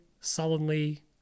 sullenly